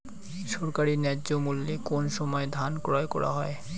সরকারি ন্যায্য মূল্যে কোন সময় ধান ক্রয় করা হয়?